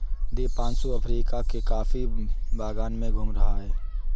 Deepanshu Africa के coffee बागान में घूम रहा है